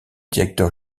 directeur